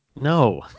no